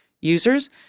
users